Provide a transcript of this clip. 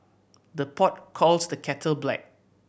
the pot calls the kettle black